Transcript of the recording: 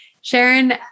Sharon